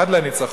עד לניצחון,